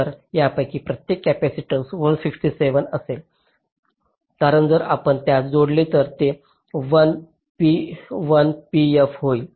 तर यापैकी प्रत्येक कॅपेसिटन्स 167 असेल कारण जर आपण त्यास जोडले तर ते 1 p F होईल